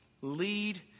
lead